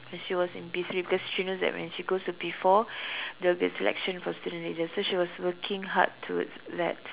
she was in P three cause she knows that when she goes to P four there'll be a selection for student leaders so she was working hard towards that